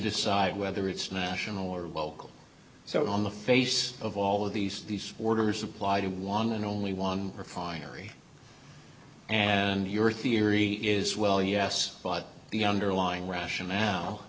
decide whether it's national or local so on the face of all of these these orders apply to one and only one refinery and your theory is well yes but the underlying rational